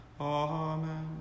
Amen